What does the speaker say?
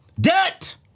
Debt